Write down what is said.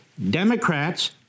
Democrats